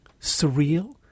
Surreal